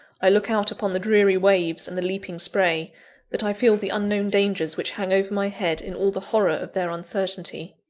i look out upon the dreary waves and the leaping spray that i feel the unknown dangers which hang over my head in all the horror of their uncertainty.